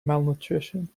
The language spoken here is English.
malnutrition